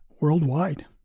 worldwide